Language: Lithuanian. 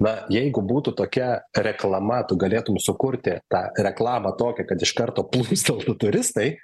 na jeigu būtų tokia reklama tu galėtum sukurti tą reklamą tokią kad iš karto plūsteltų turistai